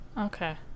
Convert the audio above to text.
Okay